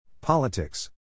Politics